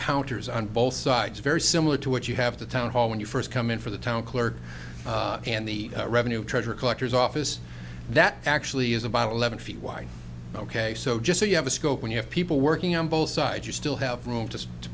counters on both sides very similar to what you have the town hall when you first come in for the town clerk and the revenue treasure collectors office that actually is about a lemon feet wide ok so just so you have a scope when you have people working on both sides you still have room to